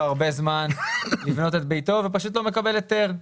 הרבה זמן לבנות את ביתו ופשוט לא מקבל היתר,